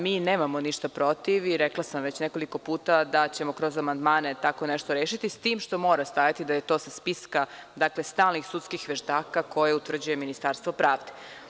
Mi nemamo ništa protiv i rekla sam već nekoliko puta da ćemo kroz amandmane tako nešto rešiti, s tim što mora stajati da je to sa spiska stalnih sudskih veštaka koje utvrđuje Ministarstvo pravde.